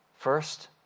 First